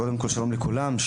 שלום לכולם,